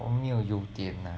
我们有优点呢